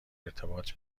ارتباط